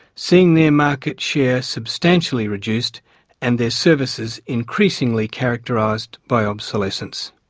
seeing their market share substantially reduced and their services increasingly characterised by obsolescence.